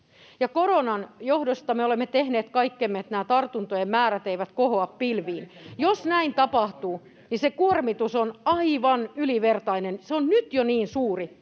koronan johdosta me olemme tehneet kaikkemme, että nämä tartuntojen määrät eivät kohoa pilviin. Jos näin tapahtuu, niin se kuormitus on aivan ylivertainen. Se on nyt jo niin suuri,